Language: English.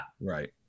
right